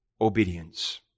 obedience